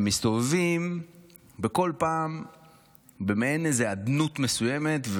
הם מסתובבים בכל פעם במעין איזו אדנות מסוימת,